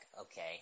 okay